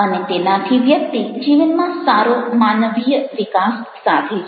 અને તેનાથી વ્યક્તિ જીવનમાં સારો માનવીય વિકાસ સાધે છે